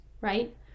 right